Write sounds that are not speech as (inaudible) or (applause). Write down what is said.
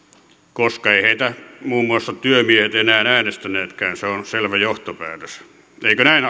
koska eivät heitä muun muassa työmiehet enää enää äänestäneetkään se on selvä johtopäätös eikö näin (unintelligible)